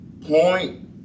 point